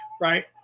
right